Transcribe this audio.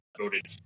voted